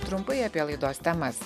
trumpai apie laidos temas